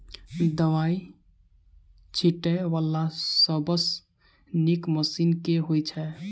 दवाई छीटै वला सबसँ नीक मशीन केँ होइ छै?